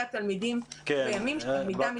התלמידים בימים שהלמידה מתבצעת מהבית.